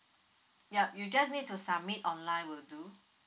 yup you just need to submit online would do